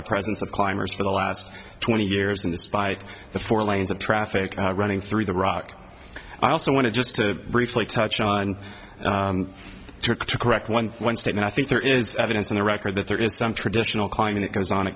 the presence of climbers for the last twenty years and despite the four lanes of traffic running through the rock i also want to just to briefly touch on turkey to correct one one state and i think there is evidence in the record that there is some traditional climbing that goes on a